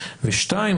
ושתיים,